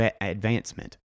advancement